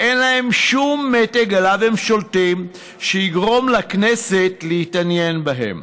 אין להם שום מתג שעליו הם שולטים שיגרום לכנסת להתעניין בהם,